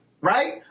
right